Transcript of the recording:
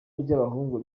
ry’abahungu